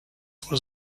was